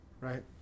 right